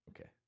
Okay